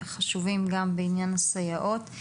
החשובים גם בעניין הסייעות,